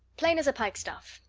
plain as a pikestaff,